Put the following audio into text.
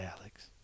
Alex